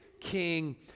king